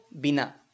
bina